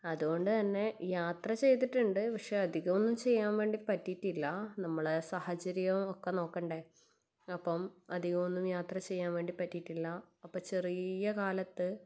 അതുകൊണ്ട് തന്നെ യാത്ര ചെയ്തിട്ടുണ്ട് പക്ഷേ അധികമൊന്നും ചെയ്യാൻ വേണ്ടി പറ്റീട്ടില്ല നമ്മൾ സാഹചര്യം ഒക്കെ നോക്കണ്ടേ അപ്പം അധികമൊന്നും യാത്ര ചെയ്യാൻ വേണ്ടി പറ്റീട്ടില്ല അപ്പം ചെറിയ കാലത്ത്